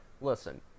listen